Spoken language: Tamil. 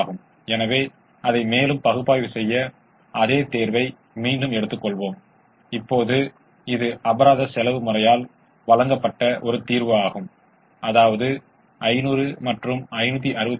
ஆகவே ஒரு அதிகபட்சமயமாக்கலுக்கான முதன்மைக்கு மீண்டும் மீண்டும் சொல்கிறேன் எனவே முதன்மையானது அதிகபட்சமயமாக்கல் சிக்கல் என்று கருதுகிறோம்